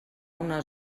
una